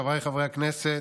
חבריי חברי הכנסת,